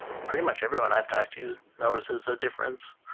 pretty much everyone i've talked to notices a difference,